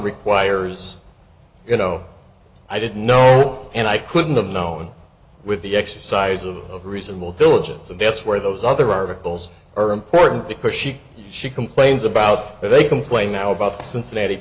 requires you know i did know and i couldn't have known with the exercise of reasonable diligence and that's where those other articles are important because she she complains about where they complain now about cincinnati